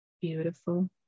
Beautiful